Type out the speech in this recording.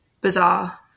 bizarre